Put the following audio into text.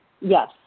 Yes